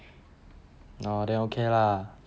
oh then okay lah